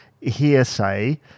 Hearsay